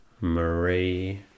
Marie